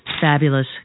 fabulous